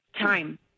time